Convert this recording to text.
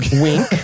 Wink